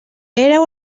era